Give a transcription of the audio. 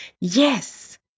yes